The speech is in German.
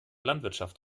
landwirtschaft